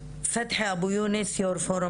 אבל כדי לעשות שינוי, אפשר וצריך להוביל מדיניות